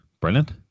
brilliant